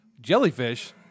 Jellyfish